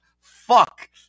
Fuck